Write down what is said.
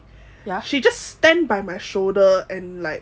she just stand by my shoulder and like